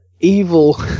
evil